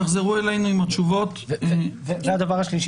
כשתחזרו אלינו עם התשובות --- והדבר השלישי